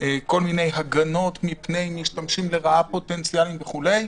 כל מיני הגנות מפני משתמשים לרעה פוטנציאליים וכולי.